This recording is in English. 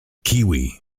kiwi